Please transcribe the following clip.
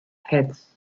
heads